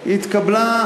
התקבלה,